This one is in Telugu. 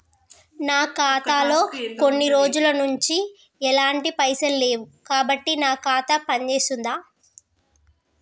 నా ఖాతా లో కొన్ని రోజుల నుంచి ఎలాంటి పైసలు లేవు కాబట్టి నా ఖాతా పని చేస్తుందా?